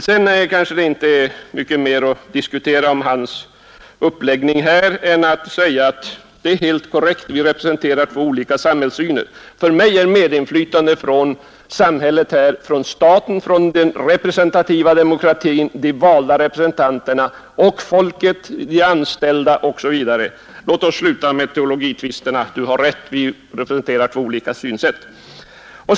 I övrigt kanske det inte är mycket mer att säga om hans uppläggning här än att medge att vi båda ser på samhället på olika sätt. För mig är ett medinflytande från samhället, staten, den representativa demokratin, de valda representanterna, folket, de anställda osv. det viktigaste. Låt oss sluta med den teologiska tvisten. Du har rätt! Vi representerar två olika synsätt.